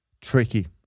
tricky